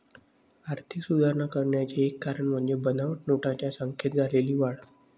आर्थिक सुधारणा करण्याचे एक कारण म्हणजे बनावट नोटांच्या संख्येत झालेली वाढ